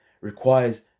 requires